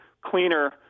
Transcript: cleaner